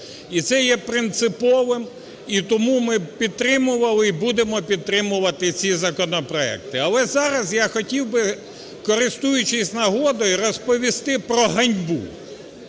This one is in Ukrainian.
і це є принциповим, і тому ми підтримували, і будемо підтримувати ці законопроекти. Але зараз я хотів би, користуючись нагодою, розповісти про ганьбу,